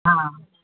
हा